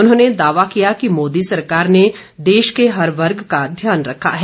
उन्होंने दावा किया कि मोदी सरकार ने देश के हर वर्ग का ध्यान रखा है